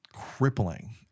crippling